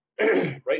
right